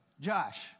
Josh